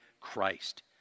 Christ